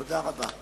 תודה רבה.